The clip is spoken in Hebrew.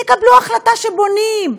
תקבלו החלטה שבונים.